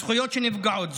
הזכויות שנפגעות: